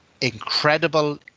incredible